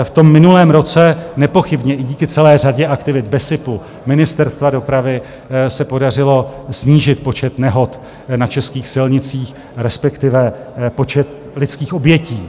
V minulém roce nepochybně i díky celé řadě aktivit BESIPu, Ministerstva dopravy se podařilo snížit počet nehod na českých silnicích, respektive počet lidských obětí.